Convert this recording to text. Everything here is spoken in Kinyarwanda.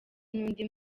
n’undi